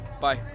Bye